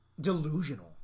delusional